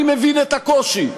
אני מבין את הקושי.